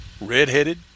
Redheaded